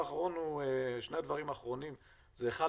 שני הדברים האחרונים אחד,